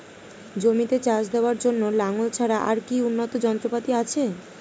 জমিতে চাষ দেওয়ার জন্য লাঙ্গল ছাড়া আর কি উন্নত যন্ত্রপাতি আছে?